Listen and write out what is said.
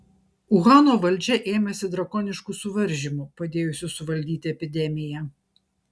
uhano valdžia ėmėsi drakoniškų suvaržymų padėjusių suvaldyti epidemiją